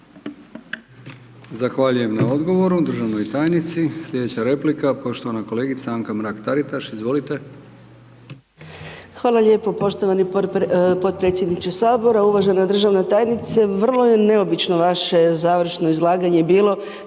Zahvaljujem na odgovoru državnoj tajnici. Slijedeća replika, poštovana kolegica Anka Mrak Taritaš, izvolite. **Mrak-Taritaš, Anka (GLAS)** Hvala lijepo poštovani potpredsjedniče Sabora. Uvažena državna tajnice, vrlo je neobično vaše završno izlaganje bilo